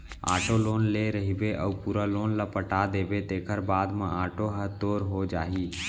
auto loan ले रहिबे अउ पूरा लोन ल पटा देबे तेखर बाद म आटो ह तोर हो जाही